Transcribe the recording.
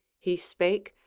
he spake,